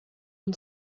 une